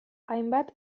hainbat